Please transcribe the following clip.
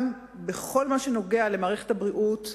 אולם בכל הקשור למערכת הבריאות,